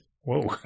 Whoa